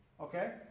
Okay